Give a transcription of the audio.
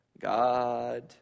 God